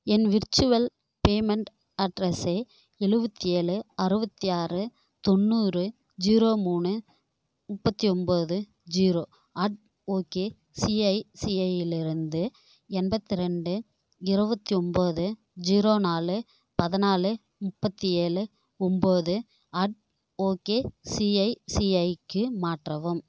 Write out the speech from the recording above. என் virtual payment அட்ரெஸை எழுவத்தி ஏழு அறுபத்தி ஆறு தொண்ணூறு ஜீரோ மூணு முப்பத்து ஒம்பது ஜீரோ அட் ஓகே சிஐசிஐயிலிருந்து எண்பத்ரெண்டு இருபத்தி ஒம்பது ஜீரோ நாலு பதினாலு முப்பத்து ஏழு ஒம்பது அட் ஓகே சிஐசிஐக்கு மாற்றவும்